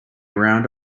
around